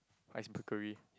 icebreakery